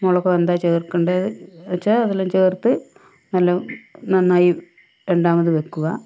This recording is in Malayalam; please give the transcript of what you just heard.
മുളകോ എന്താ ചേർക്കേണ്ടത് വച്ചാൽ അതെല്ലാം ചേർത്ത് നല്ല നന്നായി രണ്ടാമത് വയ്ക്കുക